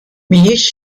mhijiex